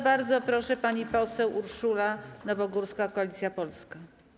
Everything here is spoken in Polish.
Bardzo proszę, pani poseł Urszula Nowogórska, Koalicja Polska.